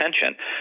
attention